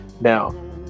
Now